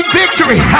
victory